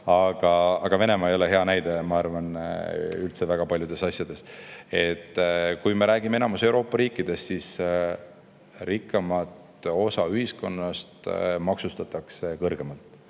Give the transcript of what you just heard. Aga Venemaa ei ole hea näide, ma arvan, üldse väga paljudes asjades. Kui me räägime enamikust Euroopa riikidest, siis rikkamat osa ühiskonnast maksustatakse kõrgemalt.